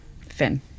finn